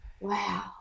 Wow